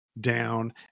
down